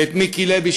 ואת מיקי לוי,